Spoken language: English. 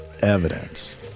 evidence